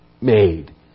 made